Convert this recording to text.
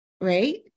right